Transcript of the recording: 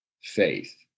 faith